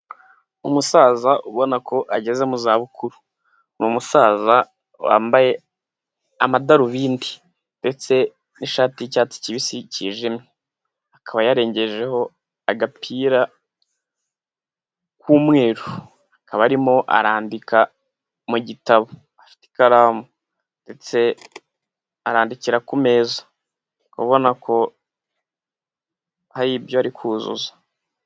Umusaza ubona ko ageze mu zabukuru, ni umusaza wambaye amadarubindi ndetse n'ishati y'icyatsi kibisi cyijimye, akaba yarengejeho agapira k'umweru, akaba arimo arandika mu gitabo, afite ikaramu ndetse arandikira ku meza, ubona ko hari ibyo ari kuzuza.